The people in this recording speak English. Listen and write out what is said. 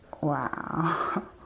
Wow